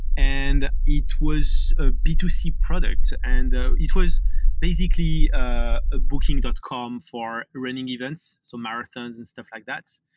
and it was a b two c product, and ah it was basically ah ah booking dot com for running events, so marathons and stuff like that.